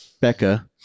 Becca